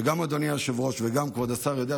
וגם אדוני היושב-ראש וגם כבוד השר יודעים